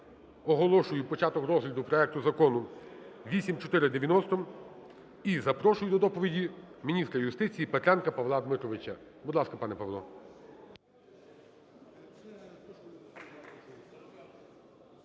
оголошую початок розгляду проекту Закону 8490. І запрошую до доповіді міністра юстиції Петренка Павла Дмитровича. Будь ласка, пане Павло.